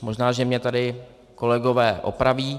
Možná že mě tady kolegové opraví.